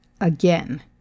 Again